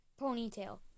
ponytail